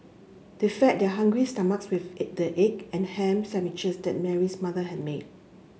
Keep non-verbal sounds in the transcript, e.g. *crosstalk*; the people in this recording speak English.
they fed their hungry stomachs with *unintelligible* the egg and ham sandwiches that Mary's mother had made